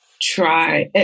try